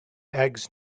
eggs